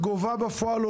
גובה בפועל,